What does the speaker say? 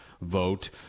vote